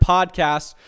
Podcast